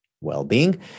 well-being